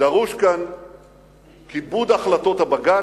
דרוש כאן כיבוד החלטות הבג"ץ,